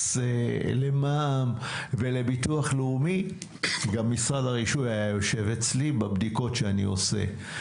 למע"מ ולביטוח לאומי - גם משרד הרישוי היה יושב אצלי בבדיקות שאני עושה,